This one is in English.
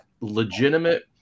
legitimate